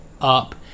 up